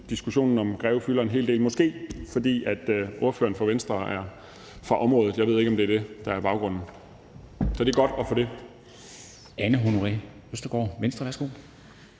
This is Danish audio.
diskussionen om Greve fylder en hel del. Det er måske, fordi ordføreren for Venstre er fra området. Jeg ved ikke, om det er det, der er baggrunden. Kl. 10:52 Formanden